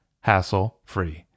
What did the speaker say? hassle-free